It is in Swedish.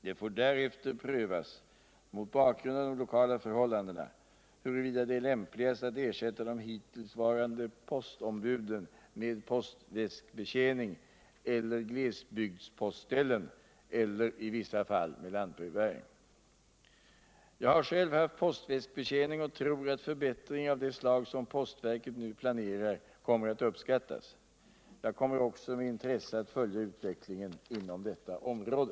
Det får därefter prövas, mot bakgrund av de lokala förhållandena, huruvida det är lämpligast att ersätta de hittillsvarande postombuden med postväskbetjäning eller glesbygdspostställen eller i vissa fall med lantbrevbäring. Jag har själv haft postväskbetjäning och tror att förbättringar av det slag som postverket nu planerar kommer att uppskattas. Jag kommer också med intresse att följa utvecklingen inom detta område.